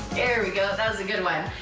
there we go. that was a good one.